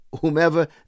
whomever